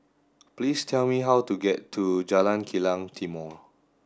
please tell me how to get to Jalan Kilang Timor